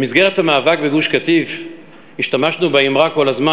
במסגרת המאבק בגוש-קטיף השתמשנו כל הזמן